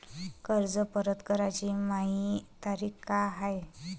कर्ज परत कराची मायी तारीख का हाय?